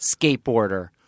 skateboarder